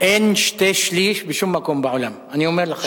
אין שתי-שליש בשום מקום בעולם, אני אומר לך.